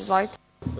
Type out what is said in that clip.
Izvolite.